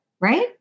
Right